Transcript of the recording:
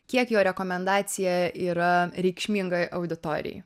kiek jo rekomendacija yra reikšminga auditorijai